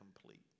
complete